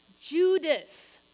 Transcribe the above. Judas